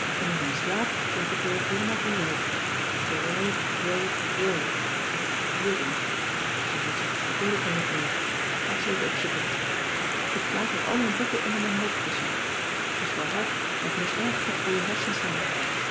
en in mijn slaap repeteer ik heelemaal vanzelf to ride rode rode of ridden och hemeltje dat weet ik al niet meer straks even opzoeken ik slaap met al mijn boeken onder mijn hoofdkussen t is wel hard maar t moet erg goed voor je hersens zijn